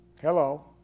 Hello